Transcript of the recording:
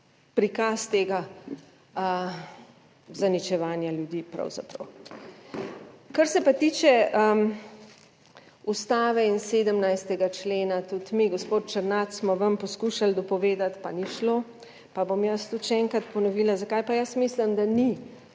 prikaz tega zaničevanja ljudi pravzaprav. Kar se pa tiče Ustave in 17. člena. Tudi mi gospod Černač smo vam poskušali dopovedati, pa ni šlo, pa bom jaz tudi še enkrat ponovila. Zakaj pa jaz mislim, da ni